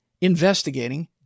investigating